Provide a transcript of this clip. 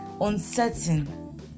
uncertain